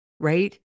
Right